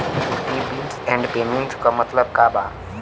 Utility bills and payments क मतलब का बा?